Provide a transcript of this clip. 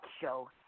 show